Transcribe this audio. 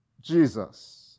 Jesus